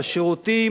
ולשירותים,